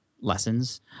lessons